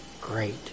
great